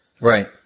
Right